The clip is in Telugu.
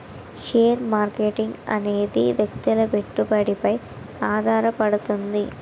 షేర్ మార్కెటింగ్ అనేది వ్యక్తుల పెట్టుబడిపై ఆధారపడుతది